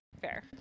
fair